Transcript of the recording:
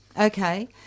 Okay